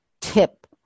tip